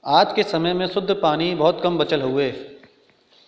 आज क समय में शुद्ध पानी बहुत कम बचल हउवे